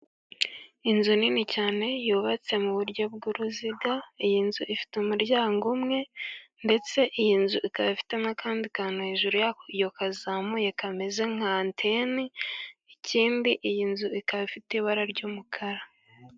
Inzu nini cyane yubatse mu buryo bw'uruziga, iyi nzu ifite umuryango umwe, ndetse iyi nzu ikaba ifite nk'akandi kantu hejuru yayo kazamuye kameze nka anteni, ikindi iyi nzu ikaba ifite ibara ry'umukara.